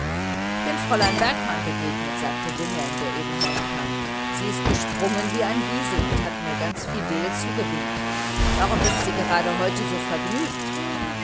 ich bin fräulein bergmann begegnet sagte wilhelm der eben heimkam sie ist gesprungen wie ein wiesel und hat mir ganz fidel zugenickt warum sie wohl gerade heute so vergnügt